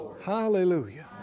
Hallelujah